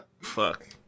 fuck